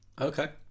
Okay